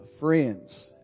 friends